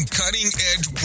cutting-edge